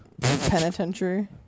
Penitentiary